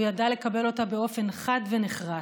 הוא ידע לקבל אותה באופן חד ונחרץ.